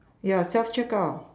ya self checkout